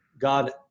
God